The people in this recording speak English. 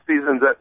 seasons